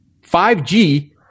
5G